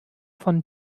von